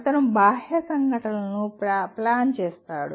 అతను బాహ్య సంఘటనలను ప్లాన్ చేస్తాడు